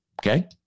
Okay